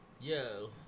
Yo